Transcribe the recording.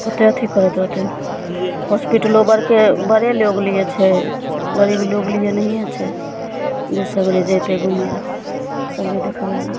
कतेक अथी करैत रहतै होस्पिटलो बड़के बड़े लोग लिये छै गरीब लोग लिये नहियेँ छै जे सगरे जेतै घुमएलए सगरे देखबएलए